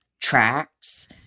tracks